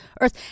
earth